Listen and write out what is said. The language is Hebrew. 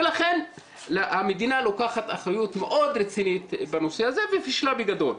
לכן המדינה לוקחת אחריות מאוד רצינית בנושא הזה ופישלה בגדול.